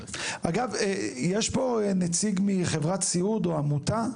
אגב, יש פה נציג מחברת סיעוד או עמותה?